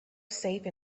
safe